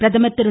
பிரதமர் திரு